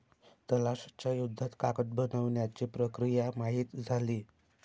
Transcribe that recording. तलाश च्या युद्धात कागद बनवण्याची प्रक्रिया माहित झाली